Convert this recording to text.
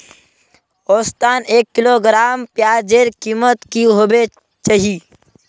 औसतन एक किलोग्राम प्याजेर कीमत की होबे चही?